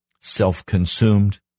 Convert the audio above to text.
self-consumed